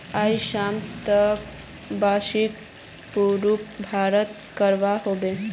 आइज शाम तक बाइकर पूर्ण भुक्तान करवा ह बे